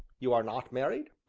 you are not married?